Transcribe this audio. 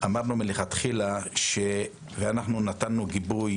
אמרנו מלכתחילה, ואנחנו נתנו גיבוי